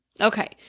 Okay